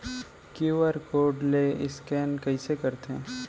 QR code ले scan कइसे करथे?